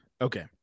Okay